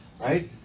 right